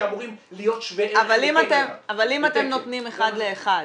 שאמורים להיות שווי ערך --- אבל אם אתם נותנים אחד לאחד